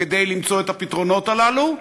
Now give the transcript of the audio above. כדי למצוא את הפתרונות הללו,